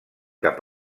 cap